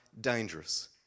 dangerous